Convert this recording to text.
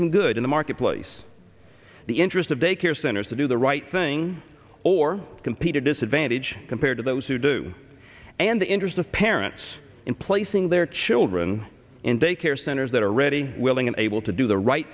some good in the marketplace the interest of daycare centers to do the right thing or compete a disadvantage compared to those who do and the interest of parents in placing their children in daycare centers that are ready willing and able to do the right